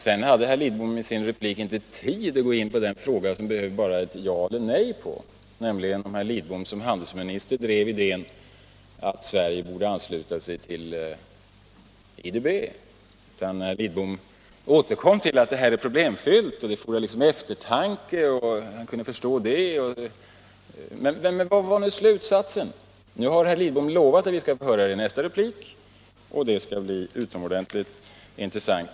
Sedan hade herr Lidbom i sin replik ”inte tid” att gå in på den fråga som det bara behövdes ett ja eller ett nej på, nämligen när herr Lidbom som handelsminister drev idén att Sverige borde ansluta sig till IDB, utan herr Lidbom återkom till att det är en problemfylld fråga som fordrar eftertanke och att man borde kunna förstå det. Men vad blev slutsatsen? —- Nu har emellertid herr Lidbom sagt att vi skall få höra det i nästa replik. Det skall bli utomordentligt intressant.